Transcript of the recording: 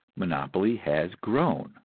monopoly has grown.